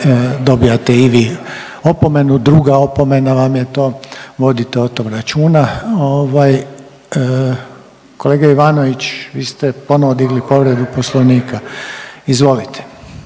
dobijate i vi opomenu. Druga opomena vam je to. Vodite o tom računa. Kolega Ivanović vi ste ponovno digli povredu Poslovnika. Izvolite.